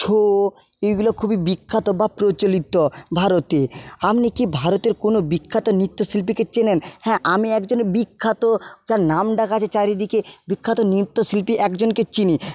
ছো এইগুলো খুবই বিখ্যাত বা প্রচলিত ভারতে আপনি কি ভারতের কোনো বিখ্যাত নৃত্যশিল্পীকে চেনেন হ্যাঁ আমি একজন বিখ্যাত যার নামডাক আছে চারিদিকে বিখ্যাত নৃত্যশিল্পী একজনকে চিনি